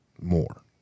more